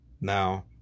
Now